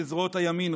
לזרועות הימין",